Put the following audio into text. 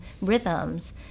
rhythms